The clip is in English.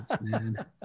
man